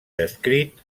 descrit